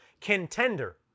contender